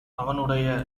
அவனுடைய